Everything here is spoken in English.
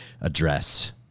address